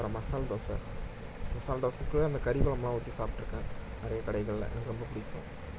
அப்பறம் மசாலா தோசை மசாலா தோசைக்குள்ள அந்த கறிக்குழம்புலாம் ஊற்றி சாப்பிட்ருக்கேன் நிறைய கடைகளில் எனக்கு ரொம்ப பிடிக்கும்